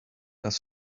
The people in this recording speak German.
das